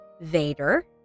Vader